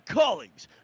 colleagues